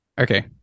Okay